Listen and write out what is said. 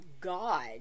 God